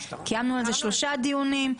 קיימנו על זה שלושה דיונים,